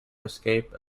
escape